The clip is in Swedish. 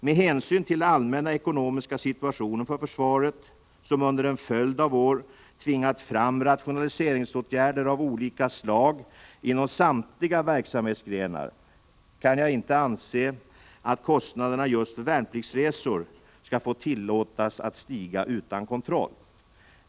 Med hänsyn till den allmänna ekonomiska situationen för försvaret, som under en följd av år tvingat fram rationaliseringsåtgärder av olika slag inom samtliga verksamhetsgrenar, kan jag inte anse att kostnaderna för just värnpliktsresor skall få tillåtas att stiga utan kontroll.